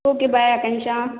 okay bye Akansha